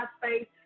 face